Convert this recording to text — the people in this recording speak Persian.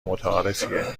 متعارفیه